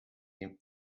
dem